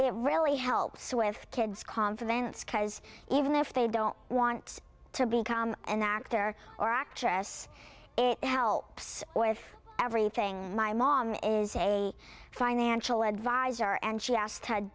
it really helps with kids confidence cuz even if they don't want to become an actor or actress it helps with everything my mom is a financial advisor and she asked h